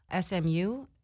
SMU